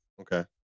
Okay